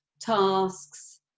tasks